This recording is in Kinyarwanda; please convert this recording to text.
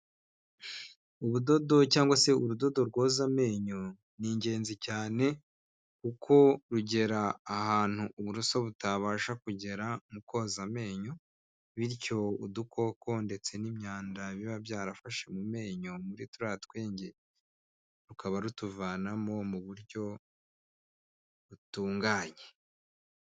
Ubudodo cyangwa se urudodo rwoza amenyo n'ingenzi cyane uko rugera ahantu uburoso butabasha kugera mu koza amenyo, bityo udukoko ndetse n'imyanda biba byarafashe mu menyo muri turiya twenge rukaba rutuvanamo mu buryo butunganye.